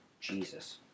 Jesus